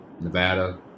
Nevada